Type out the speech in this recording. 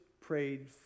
prayed